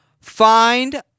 find